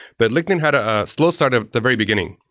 but linkedin had a slow start at the very beginning,